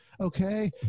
okay